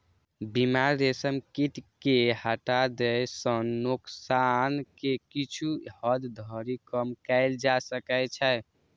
बीमार रेशम कीट कें हटा दै सं नोकसान कें किछु हद धरि कम कैल जा सकै छै